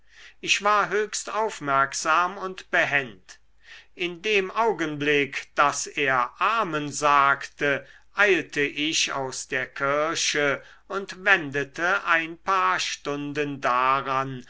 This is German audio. ich war höchst aufmerksam und behend in dem augenblick daß er amen sagte eilte ich aus der kirche und wendete ein paar stunden daran